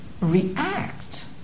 react